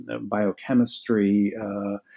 biochemistry